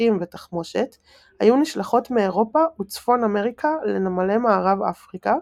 אקדחים ותחמושת היו נשלחות מאירופה וצפון אמריקה לנמלי מערב אפריקה,